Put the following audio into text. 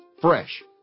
Fresh